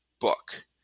book